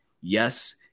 Yes